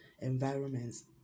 environments